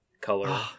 color